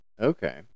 Okay